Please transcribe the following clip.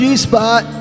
G-spot